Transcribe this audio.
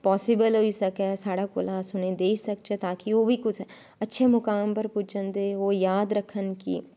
possible होई सकै साढ़े कोला अस उनें देई सकचै ताकि ओह् बी कुसै अच्छे मुकाम पर पुज्जन ते ओह् याद रक्खन कि